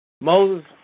Moses